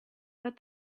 but